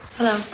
Hello